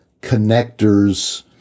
connectors